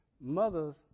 Mothers